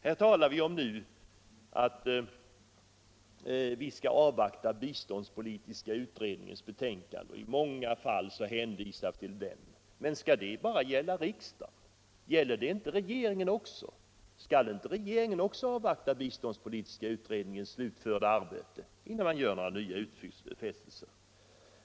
Det framhålls nu att vi skall avvakta biståndspolitiska utredningens arbete. Det hänvisas i många sammanhang till denna. Men skall det bara gälla riksdagen? Gäller det inte regeringen också? Skall inte även regeringen avvakta biståndspolitiska utredningens slutförda arbete innan man gör några utfästelser?